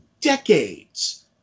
decades